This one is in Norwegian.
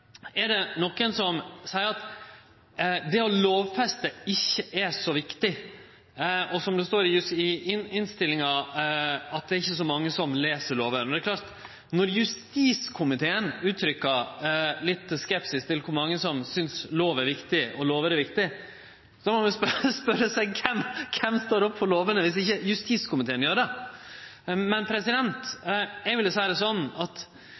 er det nokon som seier at det å lovfeste ikkje er så viktig, og, som det står i innstillinga, at det ikkje er så mange som les lover. Men når justiskomiteen uttrykkjer litt skepsis til kor mange som synest lover er viktige, kan ein jo spørje seg kven som står opp for lovene om ikkje justiskomiteen gjer det. Eg vil seie det sånn at